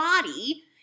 body